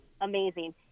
amazing